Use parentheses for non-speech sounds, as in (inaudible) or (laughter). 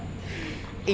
(laughs)